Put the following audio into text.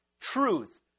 truth